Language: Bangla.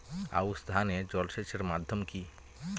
আউশ ধান এ জলসেচের মাধ্যম কি?